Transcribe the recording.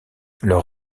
leurs